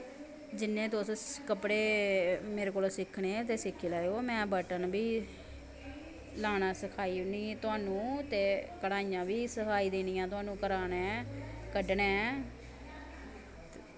जि'न्ने तुसें कपड़े मेरे कोला सिक्खने ते सिक्खी लैयो में बटन बी लाना सखाई औनी थाह्नूं ते कढ़ाइयां बी सखाई देनियां थाह्नूं कराने कड्ढने